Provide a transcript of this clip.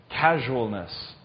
casualness